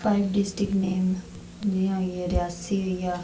five district name जि'यां रियासी होइया जि'यां